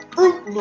Fruit